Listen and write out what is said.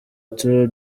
tour